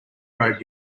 road